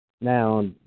Now